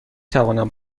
توانم